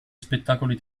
spettacoli